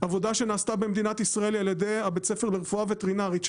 עבודה שנעשתה במדינת ישראל על ידי הבית ספר לרפואה וטרינרית,